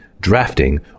drafting